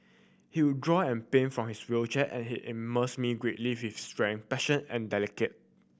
he would draw and paint from his wheelchair and he in most me greatly with his strength passion and delicate